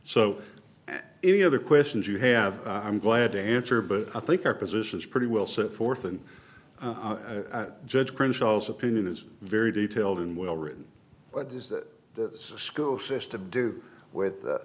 so any other questions you have i'm glad to answer but i think our positions pretty well set forth and judge crenshaw's opinion is very detailed and well written but is that the school system to do with